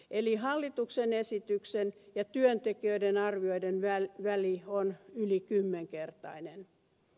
eli hallituksen esityksen ja työntekijöiden arvioiden väli on yli kymmenkertainen